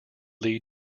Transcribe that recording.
lead